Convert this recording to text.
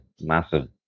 massive